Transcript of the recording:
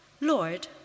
Lord